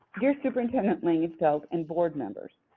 dear superintendent langenfeld and board members,